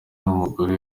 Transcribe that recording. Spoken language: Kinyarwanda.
umugore